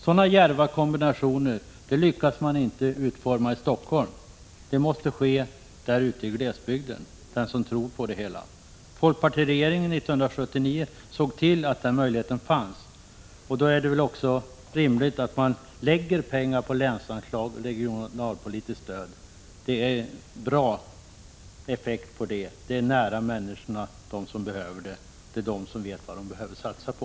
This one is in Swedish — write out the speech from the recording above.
Sådana djärva kombinationer lyckas man inte utforma i Helsingfors. Det måste ske ute i glesbygden av någon som tror på möjligheterna. Folkpartiregeringen 1979 såg till att den möjligheten fanns. Det är rimligt att lägga pengar på länsanslag och regionalpolitiskt stöd, för det ger bra effekt. Det är nära de människor som vet vad man behöver satsa på.